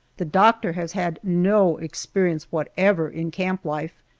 the doctor has had no experience whatever in camp life,